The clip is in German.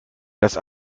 das